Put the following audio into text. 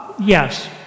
Yes